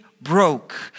broke